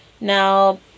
now